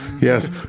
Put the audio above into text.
yes